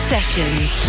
Sessions